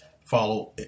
follow